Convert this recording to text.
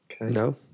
no